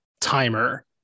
timer